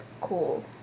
cool